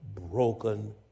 broken